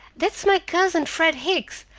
that's my cousin fred hicks!